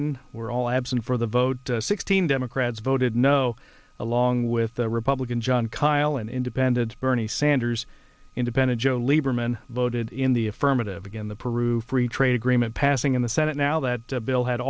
biden were all absent for the vote sixteen democrats voted no along with the republican jon kyl and independents bernie sanders independent joe lieberman voted in the affirmative again the peru free trade agreement passing in the senate now that bill had